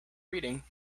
reading